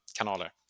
kanaler